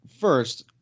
first